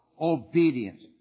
obedience